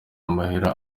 amahera